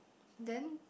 then